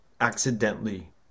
accidentally